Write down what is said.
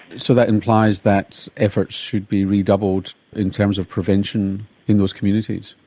so that implies that efforts should be redoubled in terms of prevention in those communities.